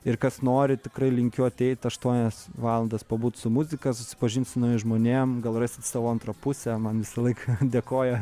ir kas nori tikrai linkiu ateiti aštuonias valandas pabūt su muzika susipažint su naujais žmonėms gal rasit savo antrą pusę man visą laiką dėkoja